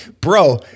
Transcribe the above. bro